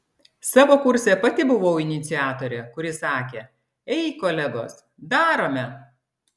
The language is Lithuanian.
savo kurse pati buvau iniciatorė kuri sakė ei kolegos darome